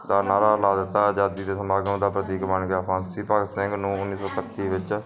ਦਾ ਨਾਅਰਾ ਲਾ ਦਿੱਤਾ ਆਜ਼ਾਦੀ ਦੇ ਸਮਾਗਮ ਦਾ ਪ੍ਰਤੀਕ ਬਣ ਗਿਆ ਫਾਂਸੀ ਭਗਤ ਸਿੰਘ ਨੂੰ ਉੱਨੀ ਸੌ ਇਕੱਤੀ ਵਿੱਚ